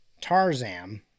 Tarzan